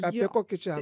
apie kokį čia